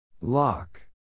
Lock